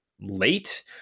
late